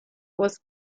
was